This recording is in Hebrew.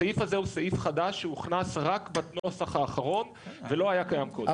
הסעיף הזה הוא סעיף חדש שהוכנס רק בנוסח האחרון ולא היה קיים קודם.